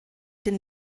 den